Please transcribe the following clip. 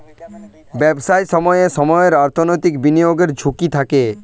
ব্যবসায় সময়ে সময়ে অর্থনৈতিক বিনিয়োগের ঝুঁকি থাকে